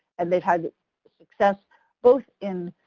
and they've had success both in